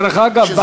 דרך אגב,